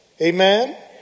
amen